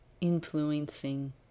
influencing